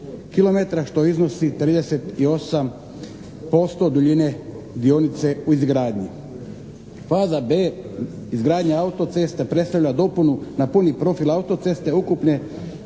što iznosi 38% duljine dionice u izgradnji. Faza B izgradnja autoceste predstavlja dopunu na puni profil autoceste ukupne